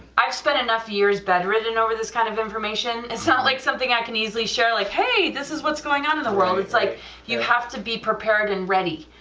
i've spent enough years bedridden over this kind of information, it's not like something i can easily share like hey this is what's going on in the world, it's like you have to be prepared and ready,